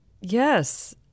Yes